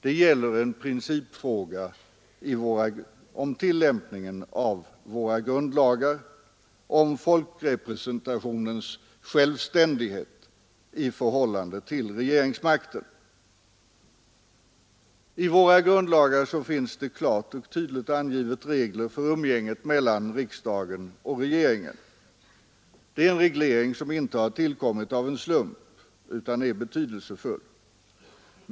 Den gäller en principfråga vid tillämpningen av våra grundlagar: folkrepresentationens självständighet i förhållande till regeringsmakten. I våra grundlagar finns klart och tydligt angivet regler för umgänget mellan riksdagen och regeringen. Det är en reglering som inte tillkommit av en slump utan är betydelsefull.